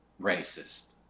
racist